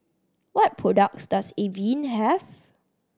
what products does Avene have